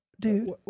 dude